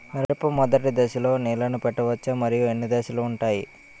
మిరప మొదటి దశలో నీళ్ళని పెట్టవచ్చా? మరియు ఎన్ని దశలు ఉంటాయి?